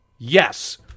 Yes